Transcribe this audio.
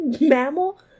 mammal